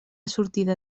sortida